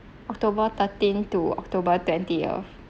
october thirteenth to october twentieth